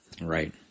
right